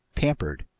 pampered,